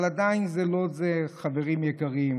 אבל עדיין זה לא זה, חברים יקרים.